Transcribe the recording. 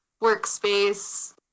workspace